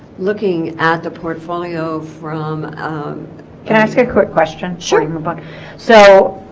looking at the portfolio from um can i ask a quick question shooting my buddy so